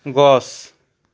গছ